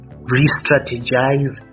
re-strategize